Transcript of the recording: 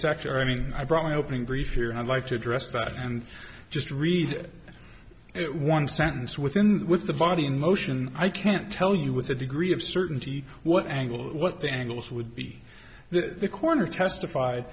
sector i mean i brought my opening brief here and i'd like to address back and just read it one sentence within with the body in motion i can't tell you with a degree of certainty what angle what the angles would be that the corner testified